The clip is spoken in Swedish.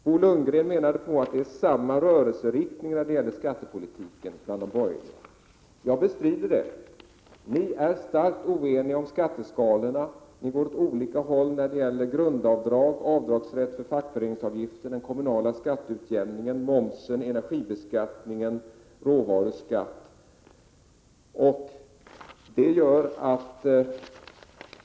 Bo Lundgren menade att de borgerliga partierna har samma rörelseriktning när det gäller skattepolitiken. Jag bestrider det. Ni är starkt oeniga om skatteskalorna, ni går åt olika håll när det gäller grundavdrag, avdragsrätten för fackföreningsavgiften, den kommunala skatteutjämningen, momsen, energibeskattningen och råvaruskatten.